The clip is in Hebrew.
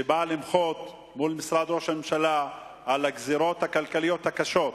מול משרד ראש הממשלה באה למחות על הגזירות הכלכליות הקשות.